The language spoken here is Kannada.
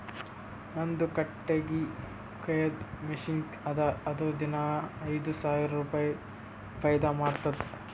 ನಂದು ಕಟ್ಟಗಿ ಕೊಯ್ಯದ್ ಮಷಿನ್ ಅದಾ ಅದು ದಿನಾ ಐಯ್ದ ಸಾವಿರ ರುಪಾಯಿ ಫೈದಾ ಮಾಡ್ತುದ್